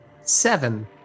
Seven